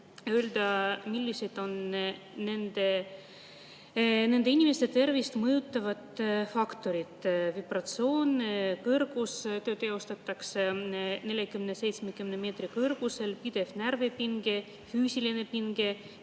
öelda, millised on nende inimeste tervist mõjutavad faktorid: vibratsioon, kõrgus – töö teostatakse 40–70 meetri kõrgusel –, pidev närvipinge, füüsiline pinge,